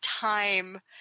time